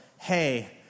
hey